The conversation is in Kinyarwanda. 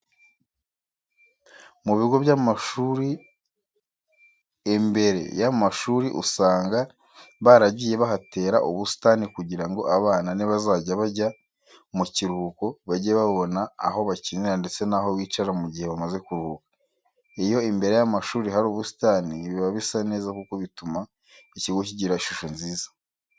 Mu bigo by'amashuri imbere y'amashuri usanga baragiye bahatera ubusitani kugira ngo abana nibazajya bajya mu kiruhuko bajye babona aho bakinira ndetse n'aho bicara mu gihe bamaze kuruha. Iyo imbere y'amashuri hari ubusitani biba bisa neza kuko bituma ikigo kigira ishusho nziza.